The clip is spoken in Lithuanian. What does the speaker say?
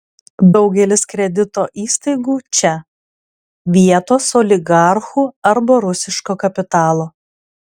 daugelis kredito įstaigų čia vietos oligarchų arba rusiško kapitalo